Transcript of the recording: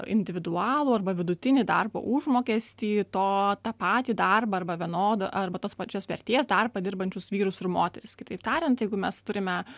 individualų arba vidutinį darbo užmokestį to tą patį darbą arba vienodą arba tos pačios vertės darbą dirbančius vyrus ir moteris kitaip tariant jeigu mes turime